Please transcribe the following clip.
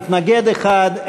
מתנגד אחד,